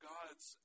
God's